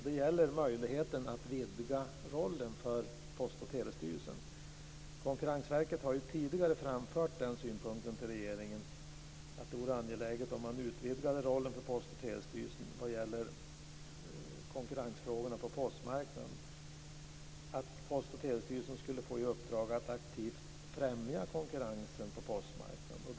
Det gäller möjligheten att vidga rollen för Post och telestyrelsen. Konkurrensverket har ju tidigare till regeringen framfört synpunkten att det vore angeläget att utvidga rollen för Post och telestyrelsen vad gäller konkurrensfrågorna på postmarknaden, att Post och telestyrelsen skulle få i uppdrag att aktivt främja konkurrensen på postmarknaden.